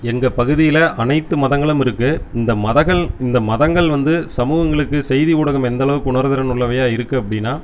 எங்கள் பகுதியில் அனைத்து மதங்களும் இருக்குது இந்த மதங்கள் இந்த மதங்கள் வந்து சமூகங்களுக்கு செய்தி ஊடகம் எந்தளவுக்கு உணர்திறன் உள்ளவையாக இருக்குது அப்படினா